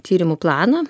tyrimų planą